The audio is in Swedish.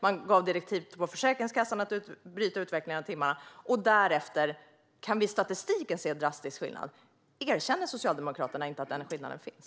Man gav direktiv till Försäkringskassan att bryta utvecklingen av timmarna. Därefter kan vi i statistiken se en drastisk skillnad. Erkänner inte Socialdemokraterna att den skillnaden finns?